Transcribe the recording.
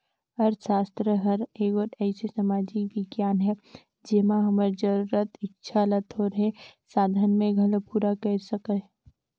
अर्थसास्त्र हर एगोट अइसे समाजिक बिग्यान हे जेम्हां हमर जरूरत, इक्छा ल थोरहें साधन में घलो पूरा कइर सके